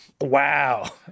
Wow